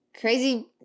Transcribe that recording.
crazy